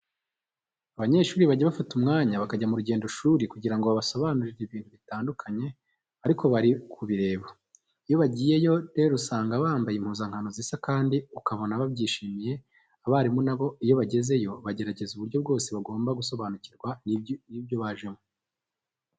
Abanyeshuri bajya bafata umwanya bakajya mu rugendoshuri kugira ngo babasobanurire ibintu bitandukanye ariko bari kubireba. Iyo bagiyeyo rero usanga bambaye impuzankano zisa kandi ukabona babyishimiye. Abarimu na bo iyo bagezeyo bagerageza uburyo bwose bagomba gusobanukirwa n'ibyo bajemo.